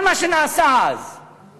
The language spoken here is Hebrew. כל מה שנעשה, אז.